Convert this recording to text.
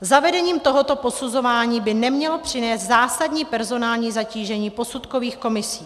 Zavedení tohoto posuzování by nemělo přinést zásadní personální zatížení posudkových komisí.